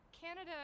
Canada